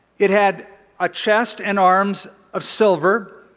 it had a chest and arms of silver.